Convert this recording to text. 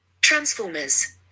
Transformers